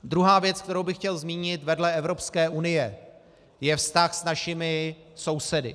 Druhá věc, kterou bych chtěl zmínit vedle Evropské unie, je vztah s našimi sousedy.